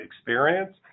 experience